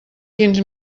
quins